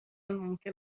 ممکن